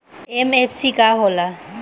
MFC का हो़ला?